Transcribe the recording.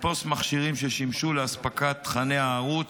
לתפוס מכשירים ששימשו לאספקת תוכני הערוץ,